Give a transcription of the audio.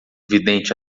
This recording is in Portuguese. vidente